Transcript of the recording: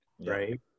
right